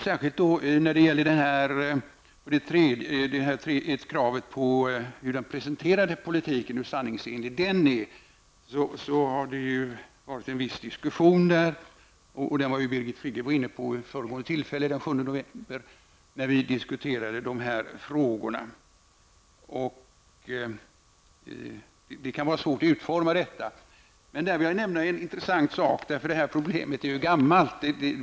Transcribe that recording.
Kring frågan om hur sanningsenlig den presenterade politiken är har det varit en viss diskussion. Saken togs upp bl.a. av Birgit Friggebo den 7 november förra året när vi diskuterade dessa frågor. Det kan vara svårt att utforma sådana här etiska regler. Jag vill här nämna en intressant sak. Det här problemet är gammalt.